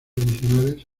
adicionales